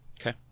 Okay